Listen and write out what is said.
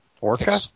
Orca